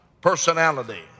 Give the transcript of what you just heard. personality